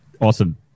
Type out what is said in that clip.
Awesome